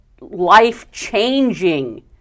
life-changing